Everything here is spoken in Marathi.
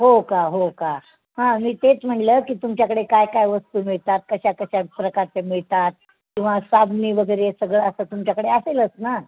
हो का हो का हा मी तेच म्हटलं की तुमच्याकडे काय काय वस्तू मिळतात कशा कशा प्रकारचे मिळतात किंवा साबणवगैरे सगळं असं तुमच्याकडे असेलच ना